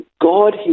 God